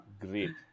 Great